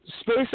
Space